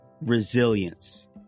Resilience